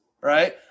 Right